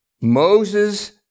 Moses